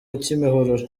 kimihurura